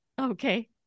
Okay